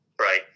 right